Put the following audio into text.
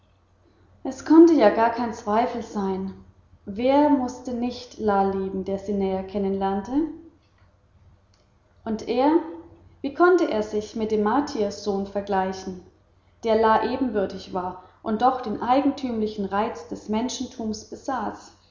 es konnte ja gar kein zweifel sein wer mußte nicht la lieben der sie näher kennenlernte und er wie konnte er sich mit dem martiersohn vergleichen der la ebenbürtig war und doch den eigentümlichen reiz des menschentums besaß